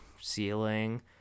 ceiling